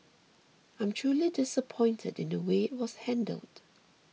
I'm truly disappointed in the way it was handled